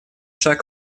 шаг